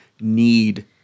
need